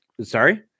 Sorry